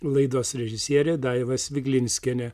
laidos režisierė daiva sviglinskienė